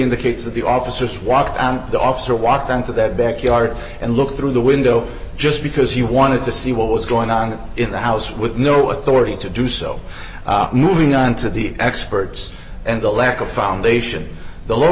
indicates that the officer swapped and the officer walked into that backyard and looked through the window just because he wanted to see what was going on in the house with no authority to do so moving on to the experts and the lack of foundation the low